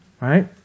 right